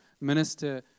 minister